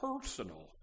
personal